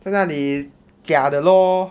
在那里假的 lor